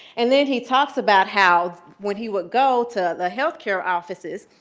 and then he talks about how when he would go to the health care offices,